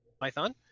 Python